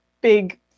big